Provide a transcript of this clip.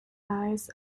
eyes